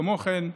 כמו כן,